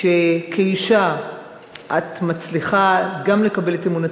שכאישה את מצליחה גם לקבל את אמון הציבור,